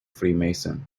freemason